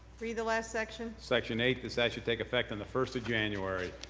read the last section. section eight, this act shall take effect on the first of january.